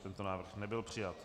Tento návrh nebyl přijat.